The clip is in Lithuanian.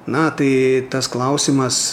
na tai tas klausimas